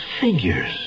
figures